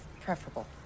preferable